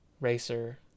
racer